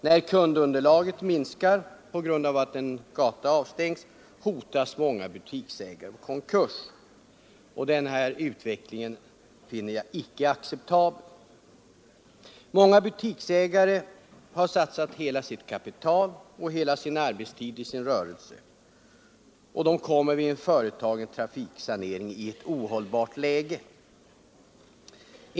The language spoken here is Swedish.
När kundunderlaget minskar på grund av att en gata avstängs hotas många butiksägare av konkurs. Den utvecklingen finner jag icke acceptabel. Många butiksägare har satsat hela sitt kapital och lagt ned mycken tid på sin rörelse. De kommer vid en företagen trafiksanering i ett ohållbart läge.